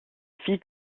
fille